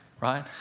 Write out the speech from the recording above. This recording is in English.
Right